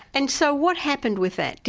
and so what happened with that?